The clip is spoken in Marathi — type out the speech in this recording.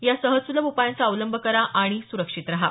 या सहज सुलभ उपायांचा अवलंब करा आणि सुरक्षित रहा